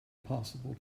possible